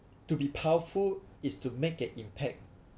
to be powerful is to make an impact